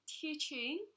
teaching